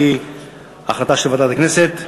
על-פי החלטה של ועדת הכנסת.